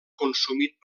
consumit